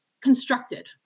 constructed